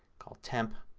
called temp.